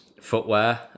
footwear